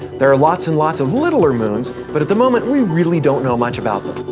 there are lots and lots of littler moons, but at the moment we really don't know much about them.